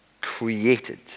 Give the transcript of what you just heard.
Created